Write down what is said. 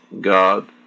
God